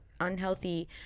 unhealthy